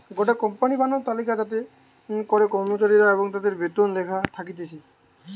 গটে কোম্পানির বানানো তালিকা যাতে করে কর্মচারী এবং তাদির বেতন লেখা থাকতিছে